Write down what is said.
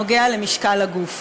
נוגע למשקל הגוף.